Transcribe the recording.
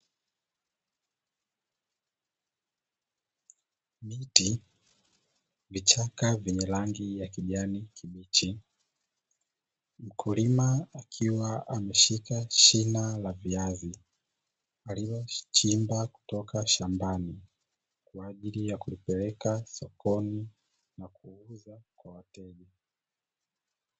Miti, vichaka vyenye rangi ya kijani kibichi. Mkulima akiwa ameshika shina la viazi alilochimba kutoka shambani kwa ajili ya kulipeleka sokoni na kuuza kwa wateja.